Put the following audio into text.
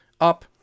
Up